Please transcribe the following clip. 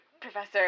professor